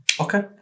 Okay